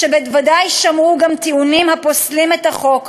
שבוודאי שמעו טיעונים הפוסלים את החוק,